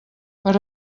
per